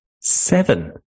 seven